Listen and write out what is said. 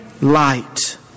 light